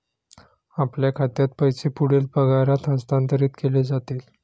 आपल्या खात्यात पैसे पुढील पगारात हस्तांतरित केले जातील